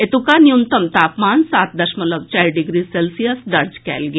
एतुका न्यूनतम तापमान सात दशमलव चारि डिग्री सेल्सियस दर्ज कयल गेल